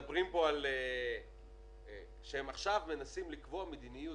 מדברים פה על כך שהם עכשיו מנסים לקבוע מדיניות,